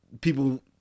people